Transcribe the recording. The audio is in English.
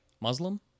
Muslim